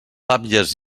àvies